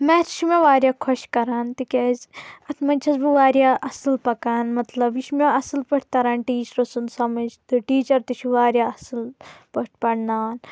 maths چھِ مےٚ واریاہ خۄش کران تِکیٛازِ اَتھ منٛز چھَس بہٕ واریاہ اَصٕل پکان مطلب یہِ چھِ مےٚ اَصٕل پٲٹھۍ تران ٹیٖچرٕ سُنٛد سَمٛجھ تہٕ ٹیٖچَر تہِ چھِ واریاہ اصٕل پٲٹھۍ پَرناوان